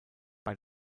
bei